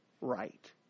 right